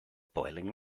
boiling